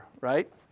right